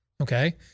Okay